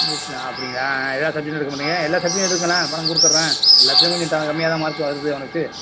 அப்படிங்ளா ஆ ஆ எல்லா சப்ஜெக்ட்டும் எடுக்கமாட்டீங்க எல்லா சப்ஜெக்ட்டும் எடுங்களேன் பணம் கொடுத்துட்றேன் எல்லாத்துலையும் கொஞ்சம் கம்மியாகதான் மார்க் வருது அவனுக்கு